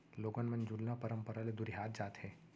लोगन मन जुन्ना परंपरा ले दुरिहात जात हें